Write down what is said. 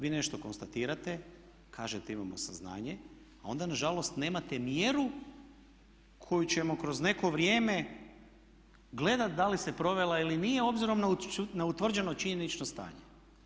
Vi nešto konstatirate, kažete imamo saznanje a onda nažalost nemate mjeru koju ćemo kroz neko vrijeme gledati da li se provela ili nije obzirom na utvrđeno činjenično stanje.